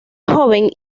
joven